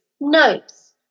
notes